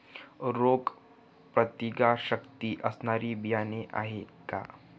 रोगप्रतिकारशक्ती असणारी बियाणे आहे का?